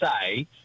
say